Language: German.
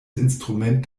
instrument